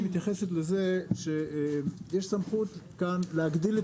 מתייחסת לזה שיש סמכות כאן להגדיל את